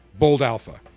BoldAlpha